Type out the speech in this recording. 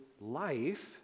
life